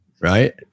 right